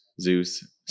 Zeus